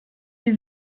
die